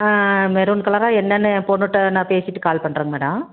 maroon கலரா என்னென்னு என் பெண்ணுட்ட நான் பேசிவிட்டு கால் பண்ணுறேன் மேடம்